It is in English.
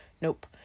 nope